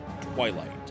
Twilight